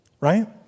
right